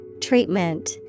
Treatment